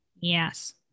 Yes